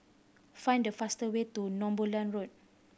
find the faster way to Northumberland Road